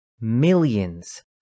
Millions